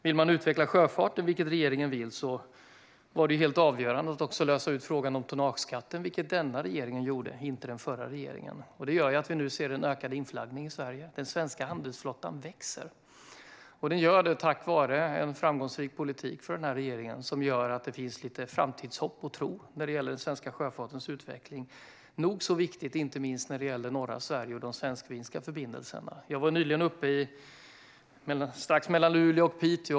För att utveckla sjöfarten, som regeringen vill göra, var det helt avgörande att lösa ut frågan om tonnageskatten, vilket denna regering gjorde, inte den förra. Det gör att vi nu ser en ökad inflaggning i Sverige. Den svenska handelsflottan växer. Det gör den tack vare en framgångsrik politik från den här regeringen som ger lite framtidshopp och tro när det gäller den svenska sjöfartens utveckling, vilket är nog så viktigt i norra Sverige och de svenskfinska förbindelserna. Jag åkte nyligen isbrytare mellan Luleå och Piteå.